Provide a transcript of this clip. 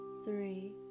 three